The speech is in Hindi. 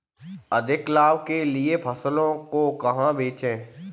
अधिक लाभ के लिए फसलों को कहाँ बेचें?